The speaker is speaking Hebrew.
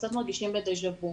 בדז'ה-וו.